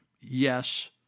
Yes